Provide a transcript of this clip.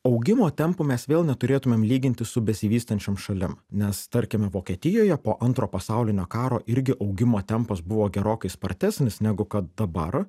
augimo tempų mes vėl neturėtumėm lyginti su besivystančiom šalim nes tarkime vokietijoje po antro pasaulinio karo irgi augimo tempas buvo gerokai spartesnis negu kad dabar